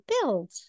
build